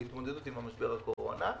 והתמודדות עם משבר הקורונה.